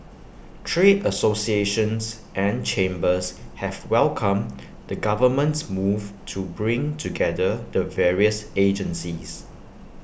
trade associations and chambers have welcomed the government's move to bring together the various agencies